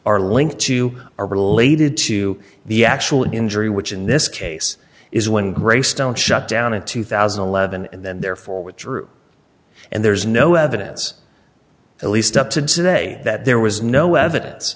are linked to are related to the actual injury which in this case is when gray stone shut down in two thousand and eleven and then therefore withdrew and there's no evidence at least up to today that there was no evidence